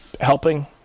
helping